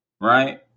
Right